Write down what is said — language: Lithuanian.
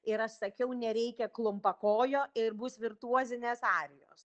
ir aš sakiau nereikia klumpakojo ir bus virtuozinės arijos